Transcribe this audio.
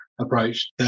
approach